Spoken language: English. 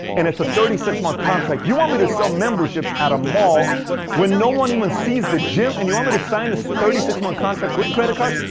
and it's a thirty six month contract, you want me to sell memberships at a mall when no one even sees the gym? and you want me to sign this thirty six month contract with credit cards?